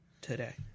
today